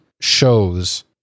shows